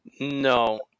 No